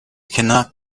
cannot